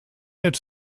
its